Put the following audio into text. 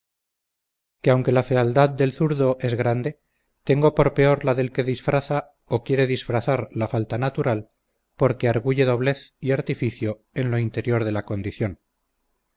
que aunque la fealdad del zurdo es grande tengo por peor la del que disfraza o quiere disfrazar la falta natural porque arguye doblez y artificio en lo interior de la condición